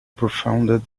profound